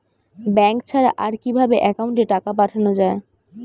Bank ছাড়া আর কিভাবে একাউন্টে টাকা পাঠানো য়ায়?